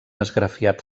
esgrafiat